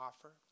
offer